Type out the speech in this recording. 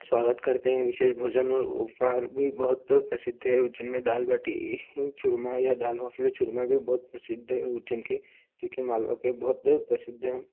स्वागत करते हैं विशेष भोजन और उपहार भी बहुत प्रसिद्ध है उज्जैन में दाल बाटी चुरमा या दाल बाफ़ली चुरमा भी बहुत प्रसिद्ध है उज्जैन के जो कि मालवा के बहुत प्रसिद्ध है